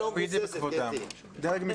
תקפידי בכבודם, זה דרג מקצועי.